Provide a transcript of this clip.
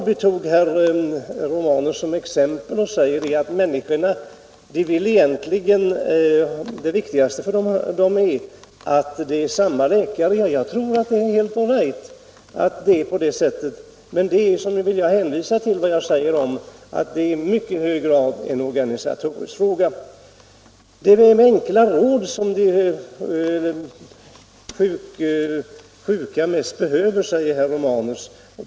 Herr Romanus sade att det viktigaste för människorna är att de har samma läkare, och det tror jag är riktigt. Men jag vill understryka att jag tror att det i mycket hög grad är en organisatorisk fråga. Det är enkla råd som de sjuka mest behöver, säger herr Romanus.